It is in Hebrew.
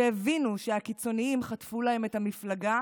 שהבינו שהקיצונים חטפו להם אם את המפלגה,